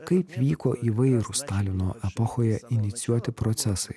kaip vyko įvairūs stalino epochoje inicijuoti procesai